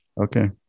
Okay